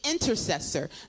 intercessor